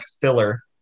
filler